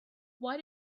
why